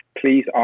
please